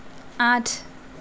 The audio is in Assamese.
আঠ